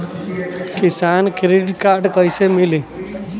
किसान credit card कइसे मिली?